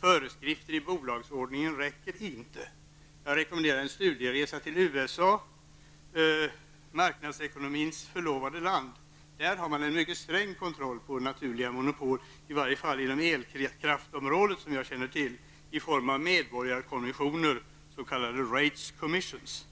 Föreskrifter i bolagsordningen är inte tillräckligt. Jag rekommenderar en studieresa till marknadsekonomins förlovade land USA. Där har man en mycket sträng kontroll av de naturliga monopolen, i varje fall inom elkraftsområdet, i form av medborgarkommissioner, s.k. rates commissions.